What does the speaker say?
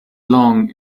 long